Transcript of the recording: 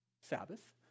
Sabbath